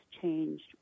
changed